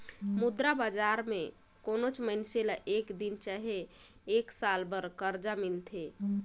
मुद्रा बजार में कोनोच मइनसे ल एक दिन चहे एक साल बर करजा मिलथे